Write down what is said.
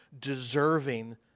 deserving